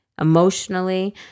emotionally